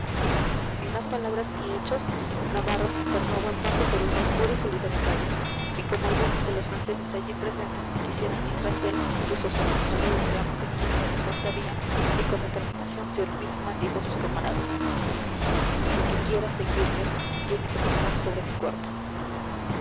sin más palabras ni hechos navarro se internó a buen paso por una oscura y solitaria calle y como algunos de los franceses allí presentes quisieran ir tras él púsose monsalud entre ambas esquinas de la angosta vía y con determinación firmísima dijo a sus camaradas el que quiera seguirle tiene que pasar sobre mi cuerpo